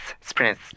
Sprint